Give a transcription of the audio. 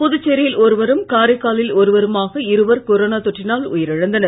புதுச்சேரியில் ஒருவரும் காரைக்காலில் ஒருவருமாக இருவர் கொரோனா தொற்றினால் உயிர் இழந்தனர்